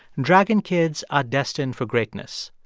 dragon kids are destined for greatness.